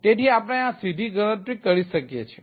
તેથી આપણે આ સીધી ગણતરી કરી શકીએ છીએ